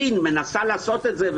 סין מנסה לעשות את זה,